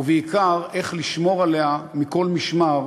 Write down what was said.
ובעיקר, איך לשמור עליה מכל משמר